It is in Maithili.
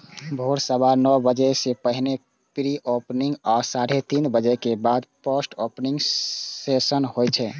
भोर सवा नौ बजे सं पहिने प्री ओपनिंग आ साढ़े तीन बजे के बाद पोस्ट ओपनिंग सेशन होइ छै